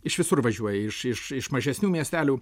iš visur važiuoja iš iš iš mažesnių miestelių